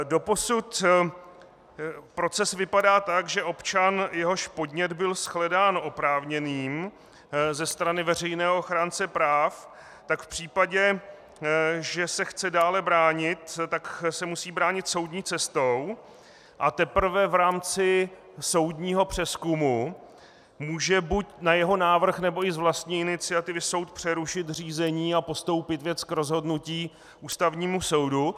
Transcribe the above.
Doposud proces vypadá tak, že občan, jehož podnět byl shledán oprávněným ze strany veřejného ochránce práv, v případě, že se chce dále bránit, tak se musí bránit soudní cestou, a teprve v rámci soudního přezkumu může buď na jeho návrh, nebo i z vlastní iniciativy soud přerušit řízení a postoupit věc k rozhodnutí Ústavnímu soudu.